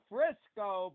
Frisco